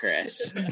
Chris